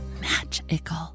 magical